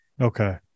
Okay